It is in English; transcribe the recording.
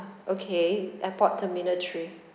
okay airport terminal three